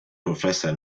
professor